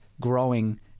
growing